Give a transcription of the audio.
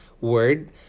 word